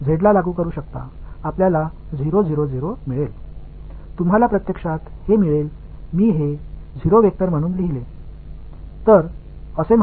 இது தான் x கூறுக்கு இருந்தது நீங்கள் y க்கு z க்கு பயன்படுத்தினால் நீங்கள் 0 0 0 பெறுவீர்கள் நீங்கள் இதை 0 வெக்டர் என்று எழுத வேண்டும்